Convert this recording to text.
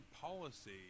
policy